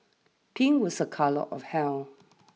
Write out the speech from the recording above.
pink was a colour of health